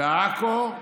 בעכו,